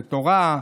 לתורה.